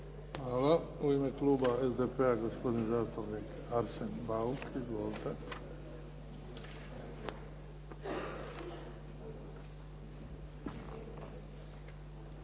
Hvala. U ime kluba SDP-a gospodin zastupnik Arsen Bauk. Izvolite. **Bauk,